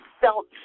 felt